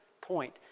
point